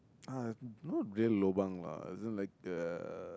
ah not real lobang lah is just like a